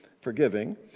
forgiving